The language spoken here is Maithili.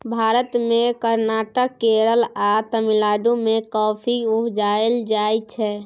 भारत मे कर्नाटक, केरल आ तमिलनाडु मे कॉफी उपजाएल जाइ छै